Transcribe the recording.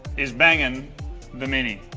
is banging the mini.